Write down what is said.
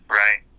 right